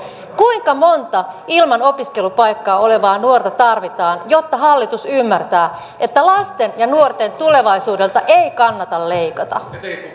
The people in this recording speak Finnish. kuinka monta ilman opiskelupaikkaa olevaa nuorta tarvitaan jotta hallitus ymmärtää että lasten ja nuorten tulevaisuudelta ei kannata leikata